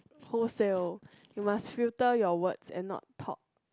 wholesale you must filter your words and not talk